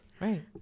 Right